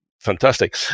fantastic